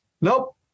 Nope